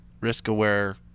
risk-aware